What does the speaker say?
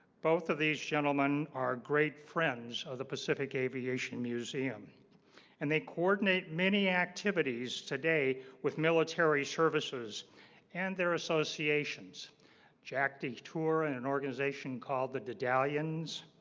both of these gentlemen are great friends of the pacific aviation museum and they coordinate many activities today with military services and their associations jac detour and an organization called the dead aliens